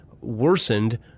worsened